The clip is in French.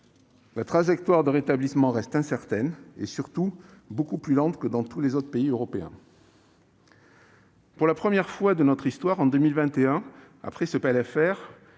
La trajectoire de rétablissement reste incertaine et, surtout, beaucoup plus lente que dans tous les autres pays européens. Pour la première fois de notre histoire, en 2021, après ce PLFR,